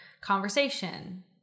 conversation